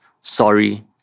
Sorry